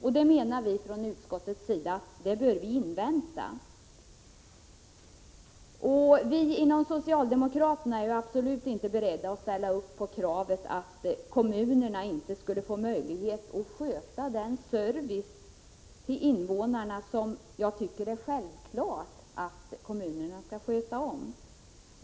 Utskottsmajoriteten menar att vi bör invänta det. Vi socialdemokrater är absolut inte beredda att ställa upp på kravet att kommunerna inte skulle få möjlighet att svara för den service till invånarna som det enligt vår uppfattning är självklart att kommunerna skall ge.